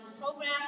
program